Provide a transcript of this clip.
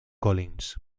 collins